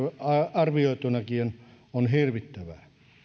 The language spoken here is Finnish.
arvioitunakin on hirvittävä